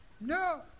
no